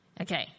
Okay